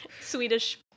Swedish